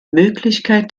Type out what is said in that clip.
möglichkeit